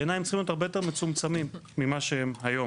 בעיניי הם צריכים להיות הרבה יותר מצומצמים ממה שהם היום.